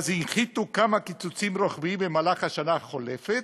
הנחיתו כמה קיצוצים רוחביים במהלך השנה החולפת,